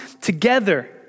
together